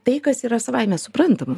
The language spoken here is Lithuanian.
tai kas yra savaime suprantama